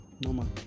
normal